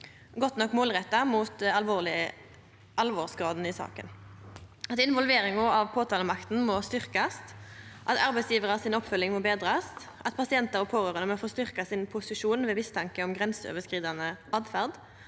godt nok målretta mot alvorsgraden i saka, at involveringa av påtalemakta må styrkast, at arbeidsgjevarar si oppfølging må betrast, at pasientar og pårørande må få styrkt sin posisjon ved mistanke om grenseoverskridande åtferd,